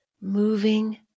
moving